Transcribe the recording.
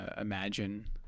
imagine